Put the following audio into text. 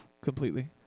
completely